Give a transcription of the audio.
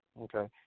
Okay